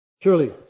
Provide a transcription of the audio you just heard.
Surely